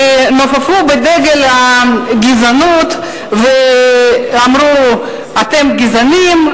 נופפו בדגל הגזענות ואמרו: אתם גזענים,